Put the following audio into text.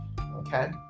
Okay